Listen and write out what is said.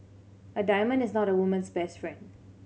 a diamond is not a woman's best friend